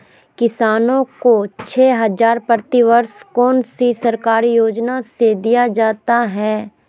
किसानों को छे हज़ार प्रति वर्ष कौन सी सरकारी योजना से दिया जाता है?